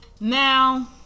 Now